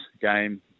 game